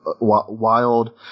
wild